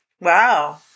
Wow